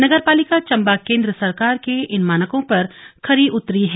नगर पालिका चंबा केंद्र सरकार के इन मानकों पर खरी उतरी है